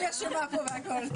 אני אשמה פה בכול.